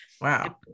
Wow